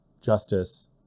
justice